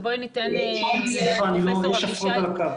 אנחנו